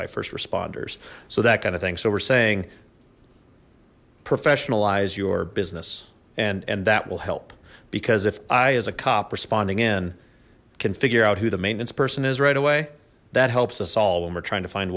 by first responders so that kind of thing so we're saying professionalize your business and and that will help because if i is a cop responding in can figure out who the maintenance person is right away that helps us all when we're trying to find